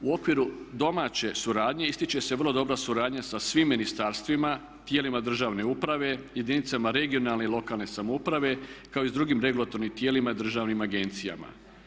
U okviru domaće suradnje ističe se vrlo dobra suradnja sa svim ministarstvima, tijelima državne uprave, jedinicama regionalne i lokalne samouprave kao i s drugim regulatornim tijelima i državnim agencijama.